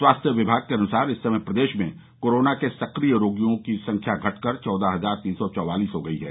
स्वास्थ्य विभाग के अनुसार इस समय प्रदेश में कोरोना के सक्रिय रोगियों की संख्या घट कर चौदह हजार तीन सौ चौवालीस हो गई है